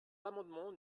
l’amendement